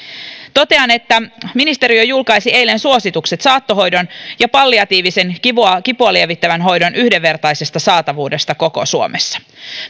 totean että ministeriö julkaisi eilen suositukset saattohoidon ja palliatiivisen kipua kipua lievittävän hoidon yhdenvertaisesta saatavuudesta koko suomessa